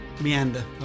meander